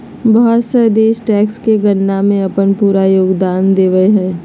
बहुत सा देश टैक्स के गणना में अपन पूरा योगदान देब हइ